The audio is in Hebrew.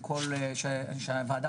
כל מי שנותן שירות --- כל התקשרות שיש למדינה